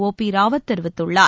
ஓ பிராவத் தெரிவித்துள்ளார்